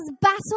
battle